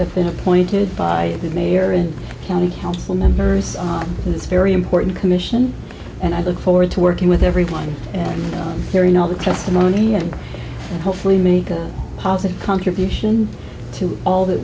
have been appointed by the mayor and county council members on this very important commission and i look forward to working with everyone here and all the testimony and hopefully make a positive contribution to all that